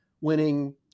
winning